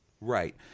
Right